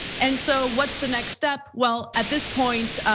and so, what's the next step? well, at this point,